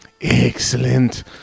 Excellent